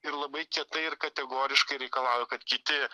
ir labai kietai ir kategoriškai reikalauja kad kiti